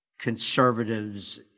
conservatives